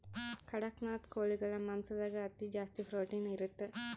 ಕಡಖ್ನಾಥ್ ಕೋಳಿಗಳ ಮಾಂಸದಾಗ ಅತಿ ಜಾಸ್ತಿ ಪ್ರೊಟೀನ್ ಇರುತ್ತೆ